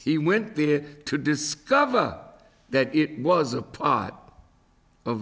he went there to discover that it was a part of